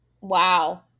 Wow